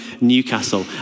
Newcastle